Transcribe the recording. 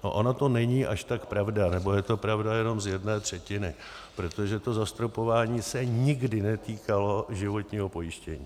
Ono to není až tak pravda, nebo je to pravda jenom z jedné třetiny, protože to zastropování se nikdy netýkalo životního pojištění.